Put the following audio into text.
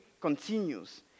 continues